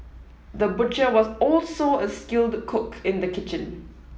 the butcher was also a skilled cook in the kitchen